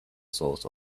source